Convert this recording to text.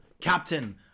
captain